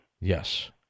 Yes